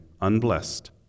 unblessed